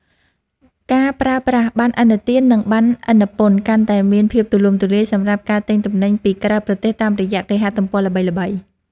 ការប្រើប្រាស់ប័ណ្ណឥណទាន និងប័ណ្ណឥណពន្ធកាន់តែមានភាពទូលំទូលាយសម្រាប់ការទិញទំនិញពីក្រៅប្រទេសតាមរយៈគេហទំព័រល្បីៗ។